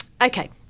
okay